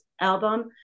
album